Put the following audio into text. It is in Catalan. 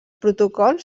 protocols